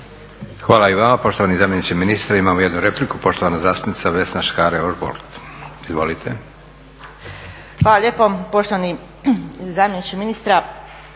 Hvala i vama poštovani zamjeniče ministra.